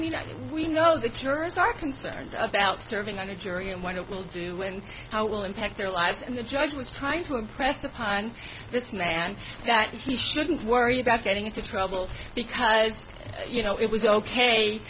think we know the jurors are concerned about serving on a jury and one of will do and how it will impact their lives and the judge was tied to impress upon this man that he shouldn't worry about getting into trouble because you know it was ok